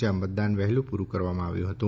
જ્યાં મતદાન વહેલું પુરૂં કરવામાં આવ્યું હતું